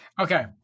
okay